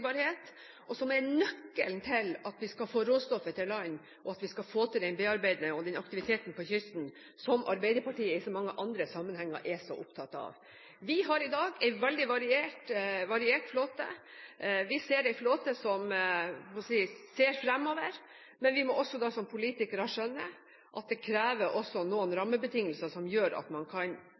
og som er nøkkelen til at vi skal få råstoffet til land, og at vi skal få til den bearbeidende aktiviteten på kysten – som Arbeiderpartiet i så mange andre sammenhenger er så opptatt av. Vi har i dag en veldig variert flåte. Vi har en flåte som ser fremover, men vi må også som politikere skjønne at det krever noen rammebetingelser som gjør at man for de største båtene faktisk kan